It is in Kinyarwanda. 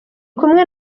kumwe